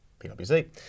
PwC